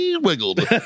Wiggled